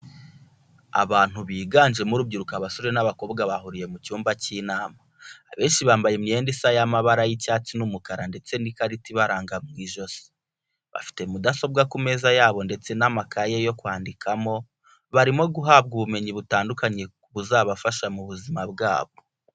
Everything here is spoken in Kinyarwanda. Abantu biganjemo urubyiruko abasore n'abakobwa bahuriye hamwe mu cyumba cy'inama, abenshi bambaye imyenda isa y'amabara y'icyatsi n'umukara ndetse n'ikarita ibaranga mu ijosi, bafite mudasobwa ku meza yabo ndetse n'amakaye yo kwandikamo, barimo guhabwa ubumenyi butandukanye buzabafasha mu buzima bwabo.